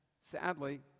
sadly